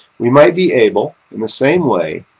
we might be able, in the same way,